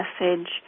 message